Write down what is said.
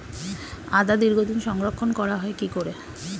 আদা দীর্ঘদিন সংরক্ষণ করা হয় কি করে?